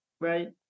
right